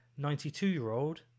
92-year-old